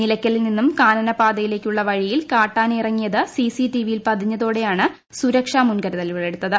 നിലയ്ക്കലിൽ നിന്നും കാനനപാതയിലേക്കുള്ള വഴിയിൽ കാട്ടാനയിറങ്ങിയത് സിസിടിവിയിൽ പതിഞ്ഞതോടെയാണ് സുരക്ഷാ മുൻകരുതലെടുത്തത്